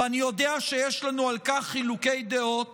ואני יודע שיש לנו חילוקי דעות